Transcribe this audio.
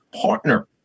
partner